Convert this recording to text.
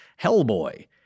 Hellboy